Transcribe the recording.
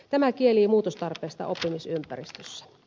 tämä kielii muutostarpeesta oppimisympäristössä